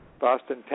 Boston